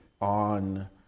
on